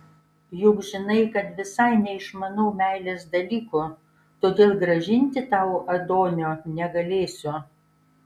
juk žinai kad visai neišmanau meilės dalykų todėl grąžinti tau adonio negalėsiu